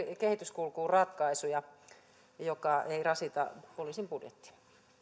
kehityskulkuun ratkaisuja jotka eivät rasita poliisin budjettia